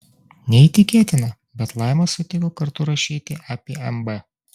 neįtikėtina bet laima sutiko kartu rašyti apie mb